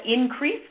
increase